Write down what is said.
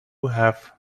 have